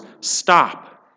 stop